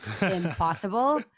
impossible